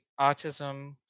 autism